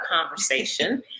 conversation